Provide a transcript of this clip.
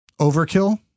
overkill